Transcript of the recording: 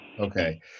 Okay